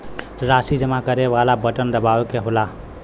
राशी जमा करे वाला बटन दबावे क होला